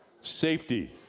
safety